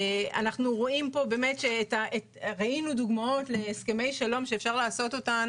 ראינו דוגמאות להסכמי שלום שאפשר לקיים אותם